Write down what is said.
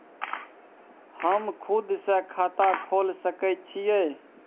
हम खुद से खाता खोल सके छीयै?